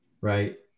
right